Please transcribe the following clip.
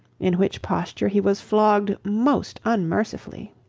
in which posture he was flogged most unmercifully.